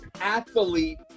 athlete